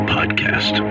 Podcast